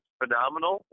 phenomenal